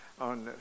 on